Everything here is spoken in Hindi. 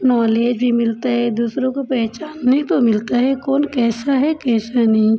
नॉलेज भी मिलता है दूसरों को पहचानने को मिलता है कौन कैसा है कैसा नहीं